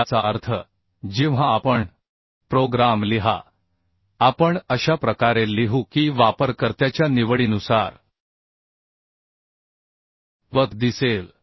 याचा अर्थ जेव्हा आपण प्रोग्राम लिहा आपण अशा प्रकारे लिहू की वापरकर्त्याच्या निवडीनुसार पथ दिसेल